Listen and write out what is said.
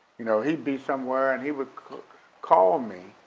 you know he'd be somewhere and he would call me,